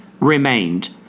remained